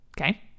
Okay